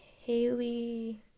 Haley